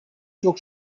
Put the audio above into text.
çok